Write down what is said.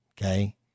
Okay